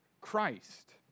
Christ